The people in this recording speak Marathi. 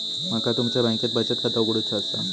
माका तुमच्या बँकेत बचत खाता उघडूचा असा?